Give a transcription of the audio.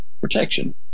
protection